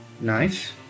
Nice